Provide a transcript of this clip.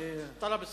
חבר הכנסת טלב אלסאנע,